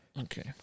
okay